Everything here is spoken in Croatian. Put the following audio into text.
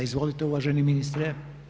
Izvolite uvaženi ministre.